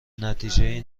نتیجهای